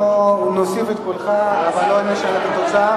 אנחנו נוסיף את קולך, אבל לא נשנה את התוצאה.